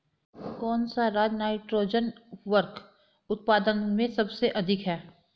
कौन सा राज नाइट्रोजन उर्वरक उत्पादन में सबसे अधिक है?